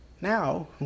now